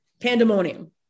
pandemonium